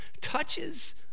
touches